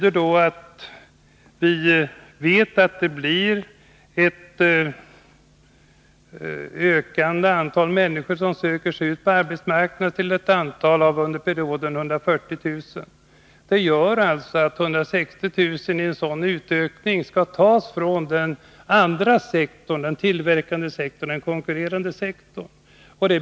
Vi vet att ett ökande antal människor söker sig ut på arbetsmarknaden under denna period. Det rör sig om ett antal av 140 000 personer. Det betyder alltså att 160 000 personer skall tas från den tillverkande och konkurrerande sektorn.